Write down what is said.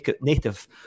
native